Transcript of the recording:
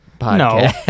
no